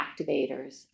activators